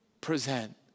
Present